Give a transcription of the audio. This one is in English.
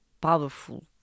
powerful